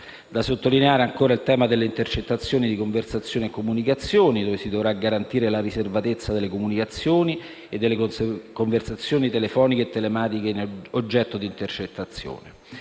Da sottolineare, ancora, il tema delle intercettazioni di conversazioni e comunicazioni: si dovrà garantire la riservatezza delle comunicazioni e delle conversazioni telefoniche e telematiche oggetto di intercettazione.